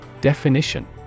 Definition